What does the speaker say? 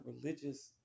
religious